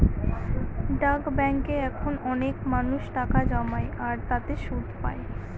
ডাক ব্যাঙ্কে এখন অনেক মানুষ টাকা জমায় আর তাতে সুদ পাই